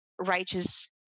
righteous